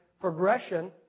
progression